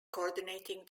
coordinating